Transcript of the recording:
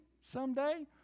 someday